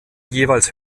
jeweils